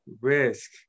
risk